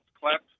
clap